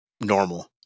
normal